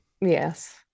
Yes